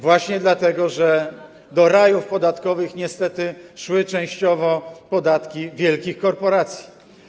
Właśnie dlatego, że do rajów podatkowych niestety szły częściowo podatki wielkich korporacji.